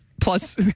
plus